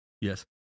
Yes